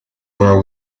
were